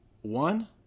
one